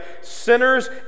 sinners